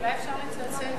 אולי אפשר לצלצל?